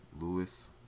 lewis